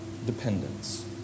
dependence